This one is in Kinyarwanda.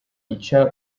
ico